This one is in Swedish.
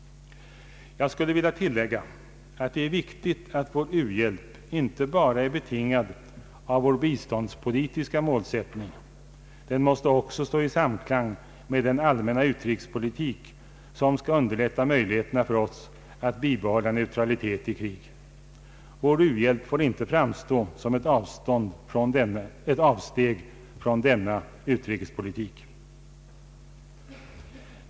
Jag skulle vilja tillägga att det är viktigt att vår u-hjälp inte bara är betingad av vår biståndspolitiska målsättning. Den måste också stå i samklang med den allmänna utrikespolitik som skall underlätta möjligheterna för oss att bibehålla neutralitet i krig. Vår uhjälp får inte framstå som ett avsteg från denna utrikespolitik.